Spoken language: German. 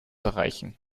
erreichen